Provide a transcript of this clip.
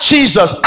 Jesus